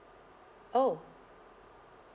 oh